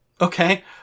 Okay